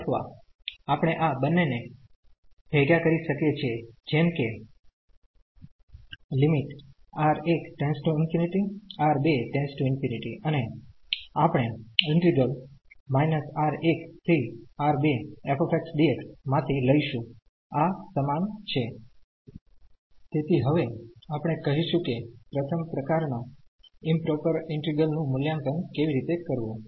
અથવા આપણે આ બંનેને ભેગા કરી શકીએ છીએ જેમ કે અને આપણે માંથી લઈશું આ સમાન છે તેથી હવે આપણે કહીશું કે પ્રથમ પ્રકારનાં ઈમપ્રોપર ઈન્ટિગ્રલ નું મૂલ્યાંકન કેવી રીતે કરવું